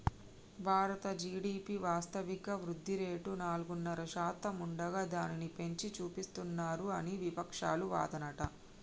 భారత జి.డి.పి వాస్తవిక వృద్ధిరేటు నాలుగున్నర శాతం ఉండగా దానిని పెంచి చూపిస్తానన్నారు అని వివక్షాలు వాదనట